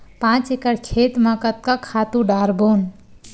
पांच एकड़ खेत म कतका खातु डारबोन?